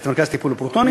את מרכז הטיפול בפרוטונים.